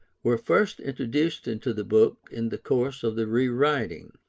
were first introduced into the book in the course of the re-writing.